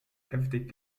heftig